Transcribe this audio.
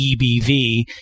EBV